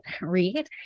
read